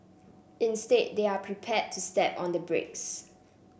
instead they're prepared to step on the brakes